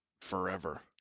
forever